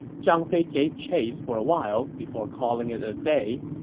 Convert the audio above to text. zhang fei gave chase for a while before calling it a day.